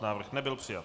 Návrh nebyl přijat.